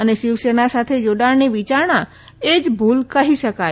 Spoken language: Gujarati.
અને શિવસેના સાથે જોડાણની વિચારણા એ જ ભુલ કહી શકાય